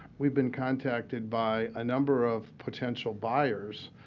we've been contacted by a number of potential buyers.